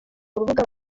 urubuga